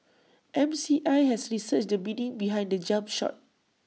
M C I has researched the meaning behind the jump shot